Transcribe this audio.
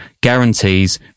guarantees